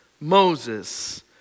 Moses